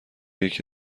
یکی